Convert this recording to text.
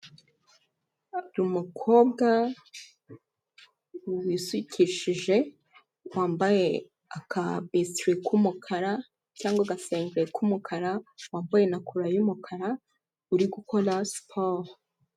Umukobwa wisukishije, wambaye aka bisitiri k'umukara cyangwa agasengeri k'umukara, wambaye na kora y'umukara, uri gukora siporo.